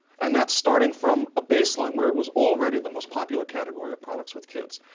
and that's starting from a baseline where it was already the most popular category of products with kids.